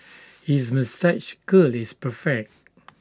his moustache curl is perfect